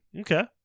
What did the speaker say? okay